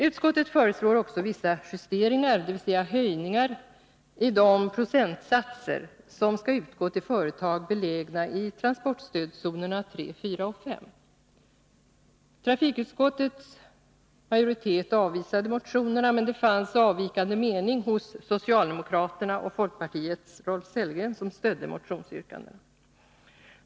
Utskottet föreslår också vissa justeringar, dvs. höjningar, i de procentsatser som skall utgå till företag belägna i transportstödzonerna 3, 4 och 5. Trafikutskottet avvisade motionerna, men det fanns avvikande mening hos socialdemokraterna och folkpartiets Rolf Sellgren, som stödde motionsyrkandena.